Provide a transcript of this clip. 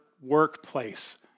workplace